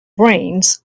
brains